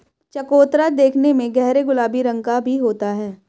चकोतरा देखने में गहरे गुलाबी रंग का भी होता है